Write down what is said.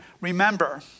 remember